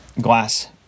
glass